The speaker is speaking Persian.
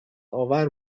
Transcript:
آور